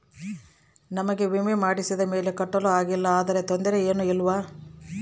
ನಮಗೆ ವಿಮೆ ಮಾಡಿಸಿದ ಮೇಲೆ ಕಟ್ಟಲು ಆಗಿಲ್ಲ ಆದರೆ ತೊಂದರೆ ಏನು ಇಲ್ಲವಾ?